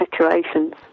situations